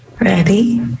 ready